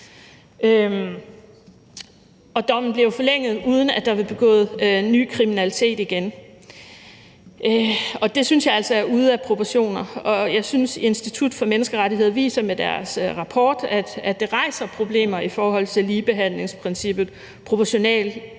Og dommen blev forlænget, uden at der var begået ny kriminalitet. Det synes jeg altså er ude af proportioner, og jeg synes, at Institut for Menneskerettigheder med deres rapport viser, at det rejser problemer i forhold til ligebehandlingsprincippet,